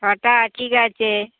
ছটা ঠিক আছে